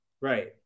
Right